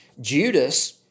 Judas